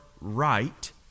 right